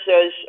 says